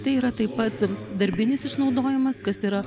tai yra taip pat darbinis išnaudojimas kas yra